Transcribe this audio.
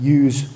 use